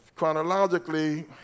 Chronologically